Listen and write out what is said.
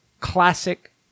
classic